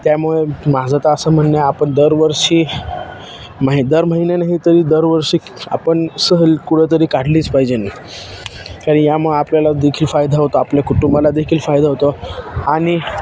त्यामुळे माझं तर असं म्हणनें आपण दरवर्षी मही दर महिने नाही तरी दरवर्षी आपण सहल कुठेतरी काढलीच पाहिजे ना कारण यामुळे आपल्याला देखील फायदा होतं आपल्या कुटुंबाला देखील फायदा होतं आणि